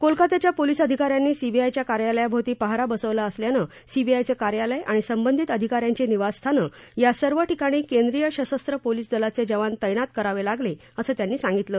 कोलकत्याच्या police अधिका यांनी सीबीआयच्या कार्यालयाभोवती पहारा बसवला असल्यानं सीबीआयचं कार्यालय आणि संबंधित अधिका यांची निवासस्थानं या सर्व ठिकाणी केंद्रीय सशस्त्र पोलिस दलाचे जवान तैनात करावे लागले असं त्यांनी सांगितलं